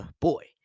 Boy